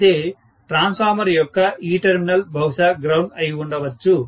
అయితే ట్రాన్స్ఫార్మర్ యొక్క ఈ టెర్మినల్ బహుశా గ్రౌండ్ అయి ఉండొచ్చు